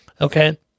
Okay